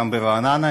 גם ברעננה,